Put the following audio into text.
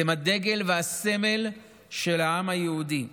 אתם הדגל והסמל של העם היהודי.